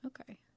Okay